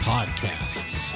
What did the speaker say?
Podcasts